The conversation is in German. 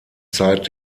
zeit